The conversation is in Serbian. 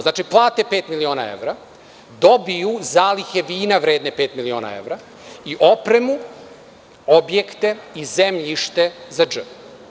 Znači, plate pet miliona evra, dobiju zalihe vina vredne pet miliona evra i opremu, objekte i zemljište za „dž“